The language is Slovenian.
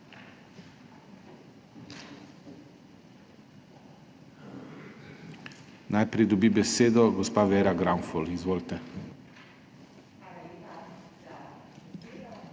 Najprej dobi besedo gospa Vera Granfol. Izvolite.